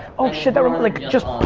oh shit that remind. like just